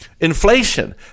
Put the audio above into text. inflation